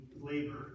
labor